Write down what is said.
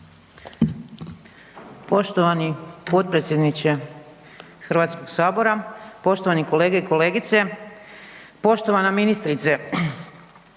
Poštovani predsjedniče Hrvatskog sabora, poštovani predsjedniče Vlade, poštovane ministrice